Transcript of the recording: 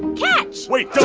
yeah catch wait, but